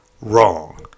wrong